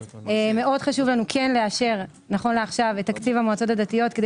מאוד חשוב לנו כן לאשר נכון לעכשיו את תקציב המועצות הדתיות כדי